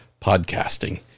podcasting